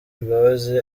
imbabazi